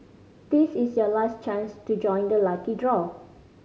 this is your last chance to join the lucky draw